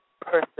person